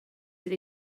sydd